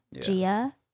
Gia